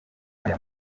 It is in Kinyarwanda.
ayo